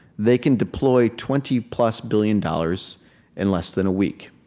they can deploy twenty plus billion dollars in less than a week.